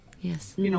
Yes